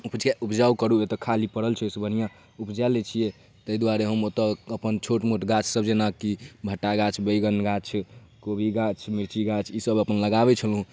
उप उपजाउ करू ओतऽ खाली पड़ल छै ओहिसँ बढ़िआँ उपजा लै छिए एहि दुआरे हम अपन छोट मोट गाछसब जेना कि भट्टा गाछ बैगन गाछ कोबी गाछ मिरची गाछ ईसब अपन लगाबै छलहुँ